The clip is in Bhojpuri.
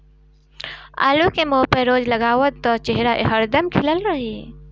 आलू के मुंह पर रोज लगावअ त चेहरा हरदम खिलल रही